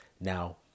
Now